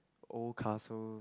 old castles